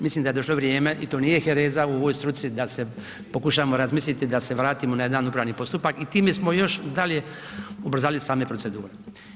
Mislim da je došlo vrijeme i to nije hereza u ovoj struci da se pokušamo razmisliti da se vratimo na jedan upravni postupak i time smo još dalje ubrzali same procedure.